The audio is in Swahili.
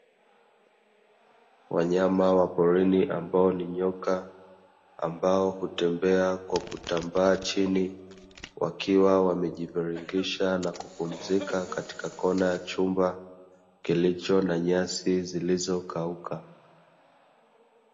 Wanyama wa porini ambao ni nyoka, ambao hutembea kwa kutambaa chini, wakiwa wamejiviringisha na kupumzika katika kona ya chumba kilicho na nyasi zilizokauka.